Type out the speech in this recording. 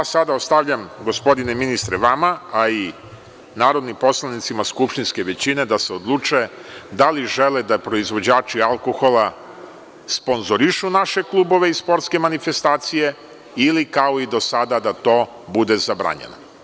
Sada ostavljam, gospodine ministre, vama a i narodnim poslanicima skupštinske većine da se odluče da li žele da proizvođači alkohola sponzorišu naše klubove i sportske manifestacije ili kao i do sada da to bude zabranjeno?